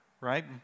right